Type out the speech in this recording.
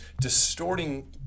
distorting